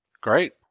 Great